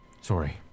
sorry